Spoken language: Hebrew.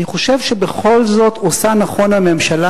אני חושב שבכל זאת עושה נכון הממשלה,